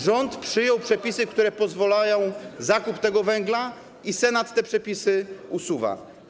Rząd przyjął przepisy, które pozwalają na zakup tego węgla, i Senat te przepisy usuwa.